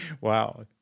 Wow